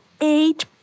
eight